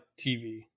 TV